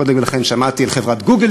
קודם לכן שמעתי את חברת "גוגל",